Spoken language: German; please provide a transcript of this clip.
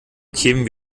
kämen